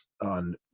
on